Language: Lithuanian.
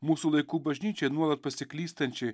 mūsų laikų bažnyčiai nuolat pasiklystančiai